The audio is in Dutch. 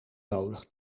nodig